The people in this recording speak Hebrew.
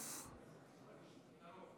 הצעת האי-אמון